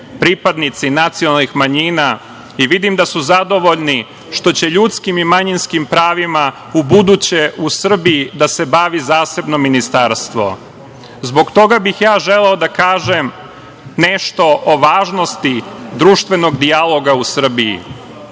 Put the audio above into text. pripadnici nacionalnih manjina i vidim da su zadovoljni što će ljudskim i manjinskim pravima u buduće u Srbiji da se bavi zasebno ministarstvo. Zbog toga bih ja želeo da kažem nešto o važnosti društvenog dijaloga u Srbiji.